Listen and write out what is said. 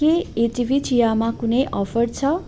के एटिबी चियामा कुनै अफर छ